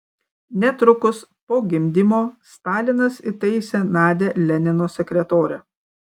netrukus po gimdymo stalinas įtaisė nadią lenino sekretore